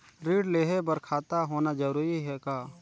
ऋण लेहे बर खाता होना जरूरी ह का?